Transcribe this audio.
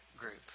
group